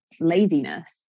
laziness